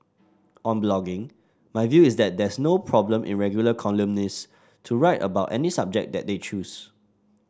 on blogging my view is that there's no problem in regular columnist to write about any subject that they choose